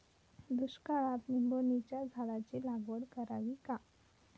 दुष्काळात निंबोणीच्या झाडाची लागवड करावी का?